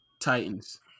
Titans